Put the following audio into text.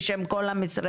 בשם כל המשרדים.